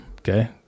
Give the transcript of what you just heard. Okay